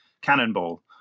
cannonball